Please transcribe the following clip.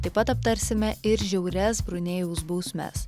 taip pat aptarsime ir žiaurias brunėjaus bausmes